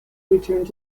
returned